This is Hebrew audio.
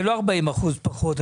זה לא 40% פחות.